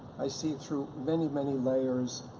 i see through many many layers